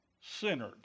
centered